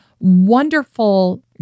wonderful